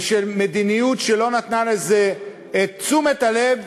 מדיניות שלא נתנה לזה את תשומת הלב,